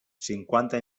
cinquanta